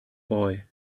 boy